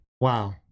wow